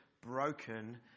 broken